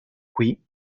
qui